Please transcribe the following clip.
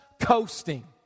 coasting